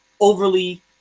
overly